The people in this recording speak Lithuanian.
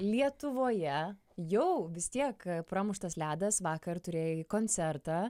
lietuvoje jau vis tiek pramuštas ledas vakar turėjai koncertą